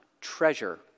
treasure